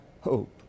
hope